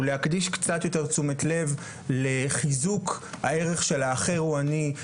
הוא להקדיש קצת יותר תשומת לב לחיזוק הערך של האחר הוא אני,